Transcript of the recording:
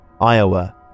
iowa